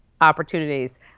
opportunities